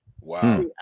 Wow